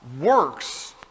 works